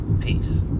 peace